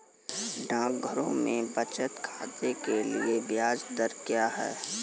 डाकघरों में बचत खाते के लिए ब्याज दर क्या है?